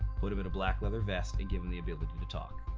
put him in a black leather vest and give him the ability to talk.